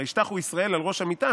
'וישתחו ישראל על ראש המטה'.